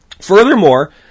furthermore